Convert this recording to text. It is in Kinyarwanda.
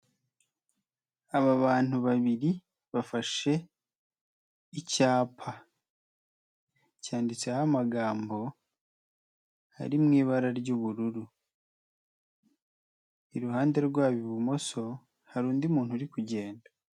Aba bantu babiri bafashe icyapa, cyanditseho amagambo, ari mu ibara ry'ubururu, iruhande rwabo ibumoso hari undi muntu uri kugenda.